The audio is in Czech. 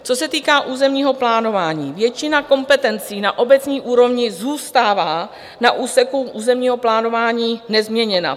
Co se týká územního plánování: většina kompetencí na obecní úrovni zůstává na úseku územního plánování nezměněna.